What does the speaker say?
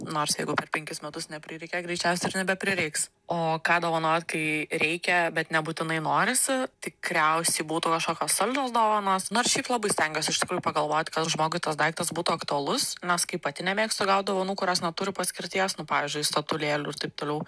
nors jeigu per penkis metus neprireikė greičiausiai ir nebeprireiks o ką dovanot kai reikia bet nebūtinai norisi tikriausiai būtų kažkokios saldžios dovanos nors šiaip labai stengiuos iš tikrųjų pagalvot kad žmogui tas daiktas būtų aktualus nes kaip pati nemėgstu gaut dovanų kurios neturi paskirties nu pavyzdžiui statulėlių ir taip toliau